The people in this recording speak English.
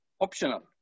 optional